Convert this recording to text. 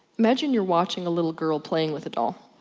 imagine you're watching a little girl playing with a doll,